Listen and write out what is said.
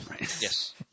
Yes